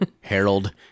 Harold